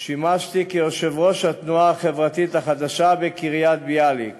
שימשתי כיושב-ראש התנועה החברתית החדשה בקריית-ביאליק